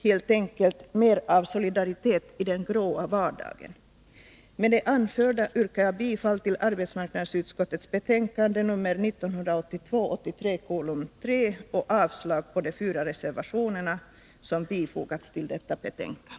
Helt enkelt: mer av solidaritet i den gråa vardagen. Med det anförda yrkar jag bifall till hemställan i arbetmarknadsutskottets betänkande nr 1982/83:3 och avslag på de fyra reservationer som har fogats till betänkandet.